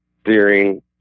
steering